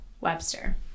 Webster